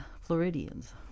Floridians